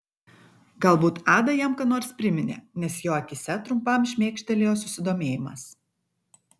galbūt ada jam ką nors priminė nes jo akyse trumpam šmėkštelėjo susidomėjimas